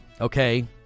Okay